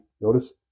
Notice